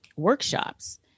workshops